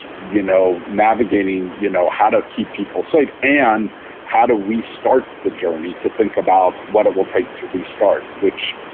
you know, navigating, you know, how to keep people safe and how do we start the journey to think about what it will take to restart, which,